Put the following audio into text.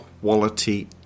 quality